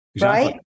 Right